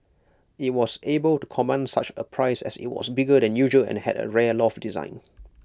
IT was able to command such A price as IT was bigger than usual and had A rare loft design